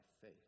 faith